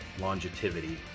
longevity